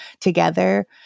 together